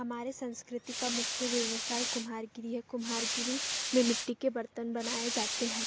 हमारे संस्कृति का मुख्य व्यवसाय कुम्हारी है कुम्हारी में मिट्टी के बर्तन बनाए जाते हैं